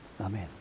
Amen